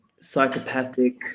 psychopathic